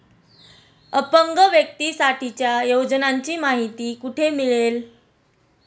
अपंग व्यक्तीसाठीच्या योजनांची माहिती कुठे मिळेल?